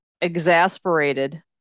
exasperated